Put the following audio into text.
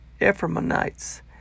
Ephraimites